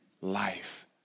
life